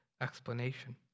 explanation